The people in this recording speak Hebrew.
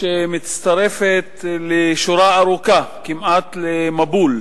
שמצטרפת לשורה ארוכה, כמעט מבול,